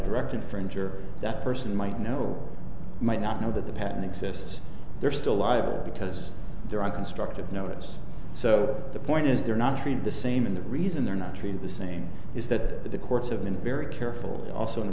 direct infringer that person might know might not know that the pattern exists they're still liable because they're on constructive notice so the point is they're not treated the same and the reason they're not treated the same is that the courts have been very careful also